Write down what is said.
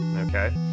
Okay